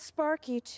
Sparky